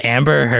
Amber